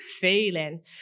feeling